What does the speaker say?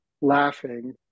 laughing